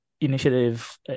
initiative